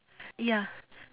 ya